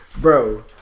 Bro